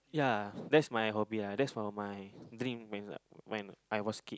yeah that's my hobby ah that's one my dream when I when I was kid